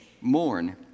mourn